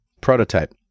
Prototype